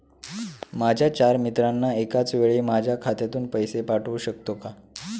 माझ्या चार मित्रांना एकाचवेळी माझ्या खात्यातून पैसे पाठवू शकतो का?